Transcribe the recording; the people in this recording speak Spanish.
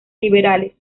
liberales